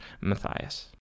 Matthias